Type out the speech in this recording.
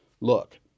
look